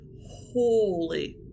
holy